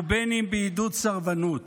ובין אם בעידוד סרבנות.